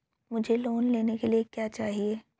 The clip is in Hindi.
मुझे लोन लेने के लिए क्या चाहिए?